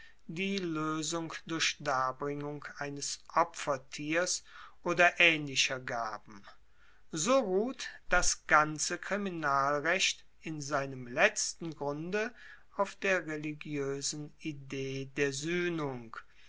die loesung durch darbringung eines opfertiers oder aehnlicher gaben so ruht das ganze kriminalrecht in seinem letzten grunde auf der religioesen idee der